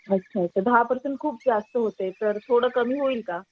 अच्छा अच्छा दहा पर्सेंट खूप जास्त होते तर थोडं कमी होईल का